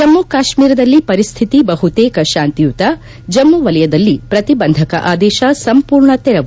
ಜಮ್ನಿಕಾಶ್ನೀರದಲ್ಲಿ ಪರಿಸ್ಥಿತಿ ಬಹುತೇಕ ಶಾಂತಿಯುತ ಜಮ್ನು ವಲಯದಲ್ಲಿ ಪ್ರತಿಬಂಧಕ ಆದೇಶ ಸಂಪೂರ್ಣ ತೆರವು